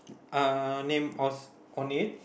uh name on it